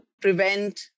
prevent